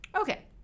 Okay